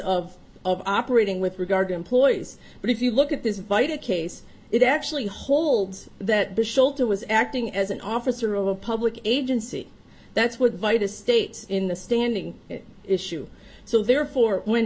of operating with regard to employees but if you look at this fight it case it actually holds that the shelter was acting as an officer of a public agency that's what vita states in the standing issue so therefore when